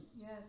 Yes